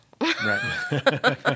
Right